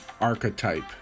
archetype